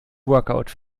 workout